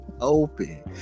open